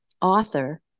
author